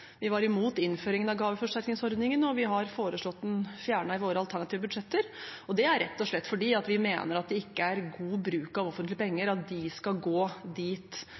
våre alternative budsjetter. Det er rett og slett fordi vi mener at det ikke er god bruk av offentlige penger at de skal gå